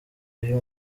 uyu